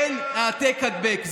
אין העתק-הדבק.